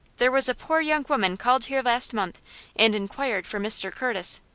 there was a poor young woman called here last month and inquired for mr. curtis.